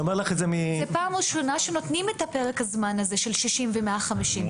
זו פעם ראשונה שנותן את פרק הזמן הזה של 60 ו-150.